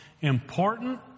important